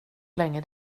länge